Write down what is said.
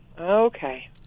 Okay